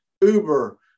Uber